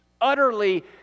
Utterly